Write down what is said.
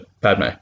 Padme